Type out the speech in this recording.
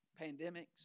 pandemics